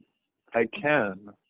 i can.